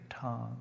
tongue